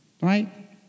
right